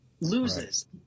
loses